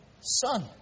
Son